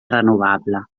renovable